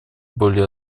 более